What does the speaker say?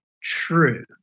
true